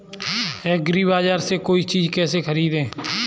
एग्रीबाजार से कोई चीज केसे खरीदें?